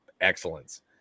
excellence